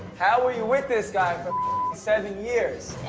how were you with this guy for seven years?